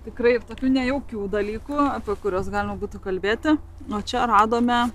tikrai tokių nejaukių dalykų apie kuriuos galima būtų kalbėti nuo čia radome